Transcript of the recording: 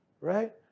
right